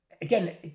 again